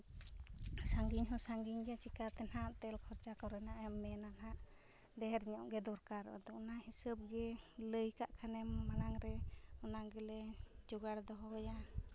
ᱥᱟᱺᱜᱤᱧ ᱦᱚᱸ ᱥᱟᱺᱜᱤᱧ ᱜᱮᱭᱟ ᱪᱮᱠᱟᱹᱛᱮ ᱦᱟᱸᱜ ᱛᱮᱞ ᱠᱷᱚᱨᱪᱟ ᱠᱚᱨᱮ ᱦᱟᱸᱜ ᱮᱢ ᱢᱮᱱᱟ ᱱᱟᱜ ᱰᱷᱮᱨ ᱧᱚᱜ ᱜᱮ ᱫᱚᱨᱠᱟᱨ ᱟᱫᱚ ᱚᱱᱟ ᱦᱤᱥᱟᱹᱵᱽ ᱜᱮ ᱞᱟᱹᱭ ᱠᱟᱜ ᱠᱷᱟᱱᱮᱢ ᱢᱟᱲᱟᱝ ᱨᱮ ᱚᱱᱟ ᱜᱮᱞᱮ ᱡᱚᱜᱟᱲ ᱫᱚᱦᱚᱭᱟ